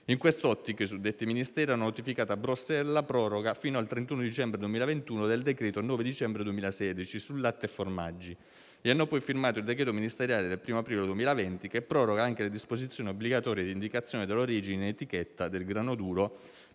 In quest'ottica i suddetti Ministri hanno notificato a Bruxelles la proroga fino al 31 dicembre 2021 del decreto 9 dicembre 2016 su latte e formaggi e hanno poi firmato il decreto ministeriale del 1° aprile 2020, che proroga anche le disposizioni obbligatorie di indicazione dell'origine, in etichetta, del grano duro